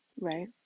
Right